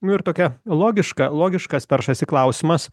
nu ir tokia logiška logiškas peršasi klausimas